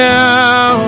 now